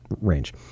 range